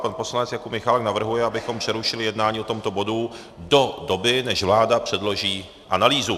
Pan poslanec Jakub Michálek navrhuje, abychom přerušili jednání o tomto bodu do doby, než vláda předloží analýzu.